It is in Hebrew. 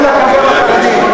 אין לך כבוד לחרדים.